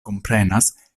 komprenas